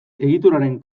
egituraren